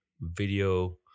video